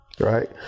Right